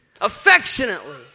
affectionately